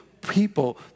people